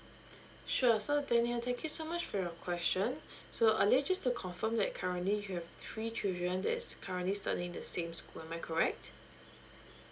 sure so daniel thank you so much for your question so uh li~ just to confirm that currently you have three children that is currently studying the same school am I correct